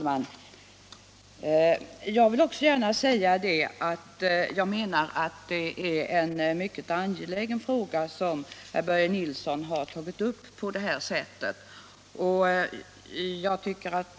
Herr talman! Också jag menar att det är en mycket angelägen fråga som herr Börje Nilsson i Kristianstad har tagit upp.